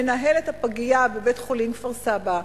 מנהלת הפגייה בבית-החולים כפר-סבא,